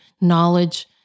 knowledge